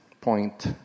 point